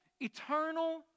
eternal